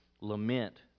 Lament